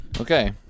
Okay